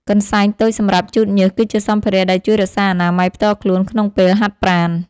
កន្សែងតូចសម្រាប់ជូតញើស គឺជាសម្ភារៈដែលជួយរក្សាអនាម័យផ្ទាល់ខ្លួនក្នុងពេលហាត់ប្រាណ។